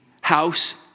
house